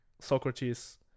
Socrates